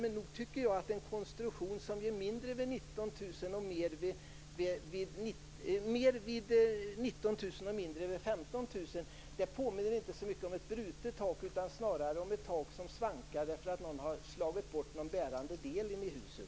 Men nog tycker jag att en konstruktion som ger mer vid 19 000 kr och mindre vid 15 000 kr inte påminner så mycket om ett brutet tak utan snarare om ett tak som svankar därför att någon har slagit bort en bärande del inne i huset.